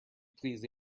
please